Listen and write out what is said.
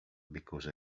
because